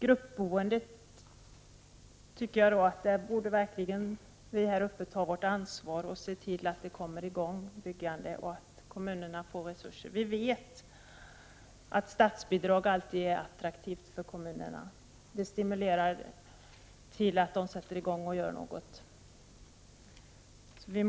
Jag tycker att vi här i riksdagen verkligen borde ta vårt ansvar för gruppboende, se till att byggandet kommer i gång och att kommunerna får resurser. Vi vet att statsbidrag alltid är attraktivt för kommunerna. Det stimulerar kommuner till att göra någonting.